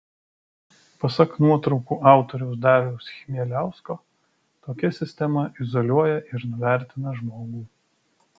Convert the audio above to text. pasak nuotraukų autoriaus dariaus chmieliausko tokia sistema izoliuoja ir nuvertina žmogų